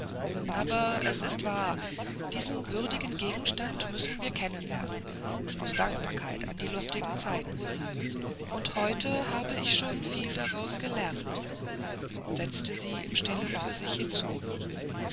aber es ist wahr diesen würdigen gegenstand müssen wir kennenlernen aus dankbarkeit an die lustigen zeiten und heute habe ich schon viel daraus gelernt setzte sie im stillen für sich dazu